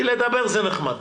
כי לדבר זה נחמד.